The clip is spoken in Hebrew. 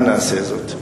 אנא עשה זאת.